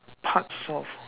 parts of